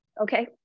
Okay